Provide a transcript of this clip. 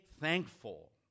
thankful